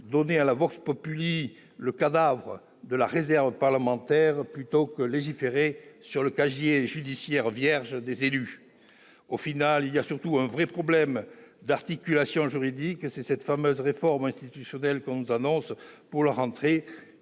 livrer à la le cadavre de la réserve parlementaire plutôt que légiférer sur le casier judiciaire vierge des élus. Finalement, il y a surtout un vrai problème d'articulation juridique : c'est cette fameuse réforme institutionnelle que l'on nous annonce pour la rentrée